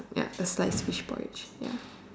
ya a sliced fish porridge ya